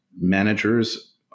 managers